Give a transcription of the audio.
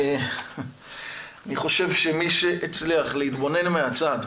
אני חושב שמי שהצליח להתבונן מהצד,